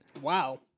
Wow